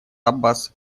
аббас